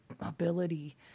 ability